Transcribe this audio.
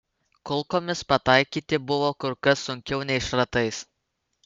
kulkomis pataikyti buvo kur kas sunkiau nei šratais